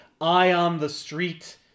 eye-on-the-street